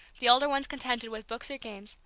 the older ones contented with books or games,